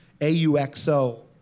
A-U-X-O